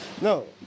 No